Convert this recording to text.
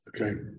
Okay